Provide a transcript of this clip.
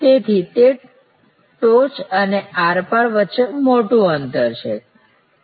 તેથી તે ટોચ અને આરપાર વચ્ચે મોટું અંતર હતું